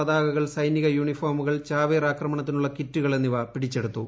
പതാകകൾ സൈനിക യൂണിഫോമുകൾ ചാവേർ ആക്രമണത്തിനുള്ള കിറ്റുകൾ എന്നിവ പിടിച്ചെടുത്തു